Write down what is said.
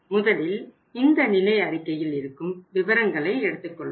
முதலில் இந்த நிலை அறிக்கையில் இருக்கும் விவரங்களை எடுத்துக் கொள்வோம்